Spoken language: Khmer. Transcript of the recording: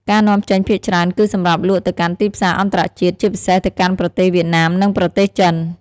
ការនាំចេញភាគច្រើនគឺសម្រាប់លក់ទៅកាន់ទីផ្សារអន្តរជាតិ ជាពិសេសទៅកាន់ប្រទេសវៀតណាម និងប្រទេសចិន។